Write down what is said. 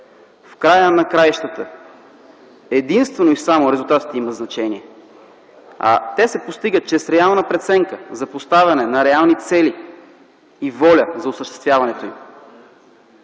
В края на краищата единствено и само резултатите имат значение. А те се постигат чрез реална преценка за поставяне на реални цели и воля за осъществяването им.